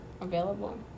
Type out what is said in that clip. available